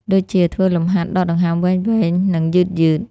ដូចជា ធ្វើលំហាត់ដកដង្ហើមវែងៗ និងយឺតៗ។